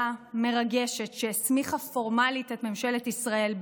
מרגשת שהסמיכה פורמלית את ממשלת ישראל,